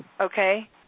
okay